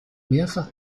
mehrfach